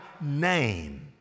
name